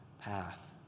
path